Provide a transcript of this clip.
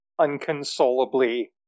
unconsolably